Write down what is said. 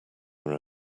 are